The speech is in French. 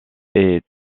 est